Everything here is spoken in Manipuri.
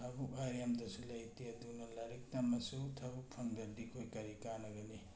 ꯊꯕꯛ ꯍꯥꯏꯔꯦ ꯑꯝꯇꯁꯨ ꯂꯩꯇꯦ ꯑꯗꯨꯅ ꯂꯥꯏꯔꯤꯛ ꯇꯝꯃꯁꯨ ꯊꯕꯛ ꯐꯪꯗ꯭ꯔꯗꯤ ꯑꯩꯈꯣꯏ ꯀꯔꯤ ꯀꯥꯟꯅꯒꯅꯤ